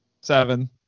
Seven